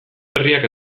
berriak